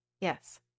Yes